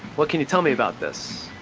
what can you tell me about this?